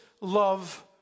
love